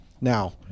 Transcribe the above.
Now